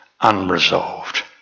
unresolved